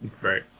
Right